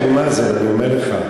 לאבו מאזן, אני אומר לך.